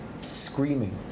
screaming